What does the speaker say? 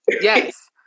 Yes